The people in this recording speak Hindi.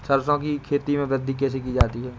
सरसो की खेती में वृद्धि कैसे की जाती है?